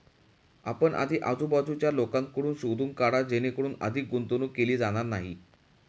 आपण आधी आजूबाजूच्या लोकांकडून शोधून काढा जेणेकरून अधिक गुंतवणूक केली जाणार नाही